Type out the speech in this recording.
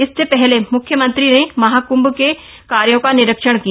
इससे पहले मुख्यमंत्री ने महाकृभ के कार्यो का निरीक्षण किया